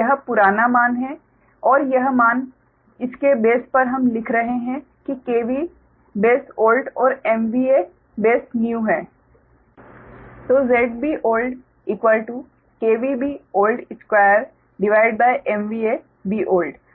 यह पुराना मान है और यह मान इसके बेस पर हम लिख रहे हैं कि KV बेस ओल्ड और MVA बेस न्यू है